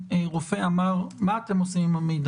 גורם רפואי אומר,